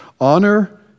Honor